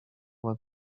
vingt